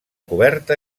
coberta